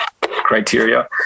criteria